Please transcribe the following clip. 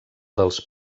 dels